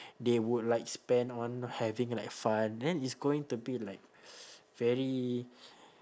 they would like spend on having like fun then it's going to be like very